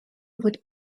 would